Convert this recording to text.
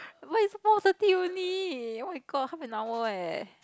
why is four thirty only oh-my-god half an hour eh